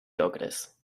okres